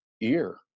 ear